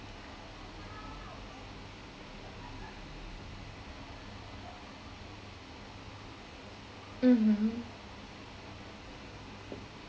(uh huh)